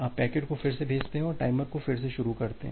आप पैकेट को फिर से भेजते हैं और टाइमर को फिर से शुरू करते हैं